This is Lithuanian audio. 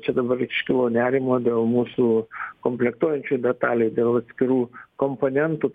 čia dabar iškilo nerimo dėl mūsų komplektuojančių detalių dėl atskirų komponentų